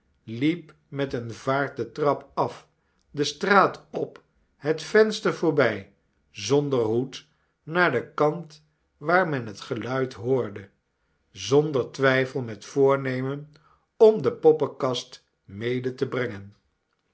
liep met eene vaart de trap af de straat op het venster voorbij zonder hoed naar den kant waar men het geluid hoorde zonder twijfel met voornemen om de poppenkast mede te brengen